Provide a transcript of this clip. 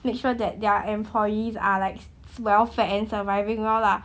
make sure that their employees are like well-fed and like surviving well lah